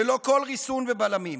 ללא כל ריסון ובלמים.